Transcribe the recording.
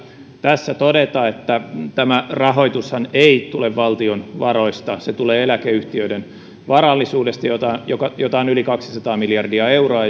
tässä todeta että tämä rahoitushan ei tule valtion varoista se tulee eläkeyhtiöiden varallisuudesta jota on yli kaksisataa miljardia euroa